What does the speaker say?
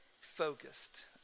focused